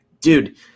dude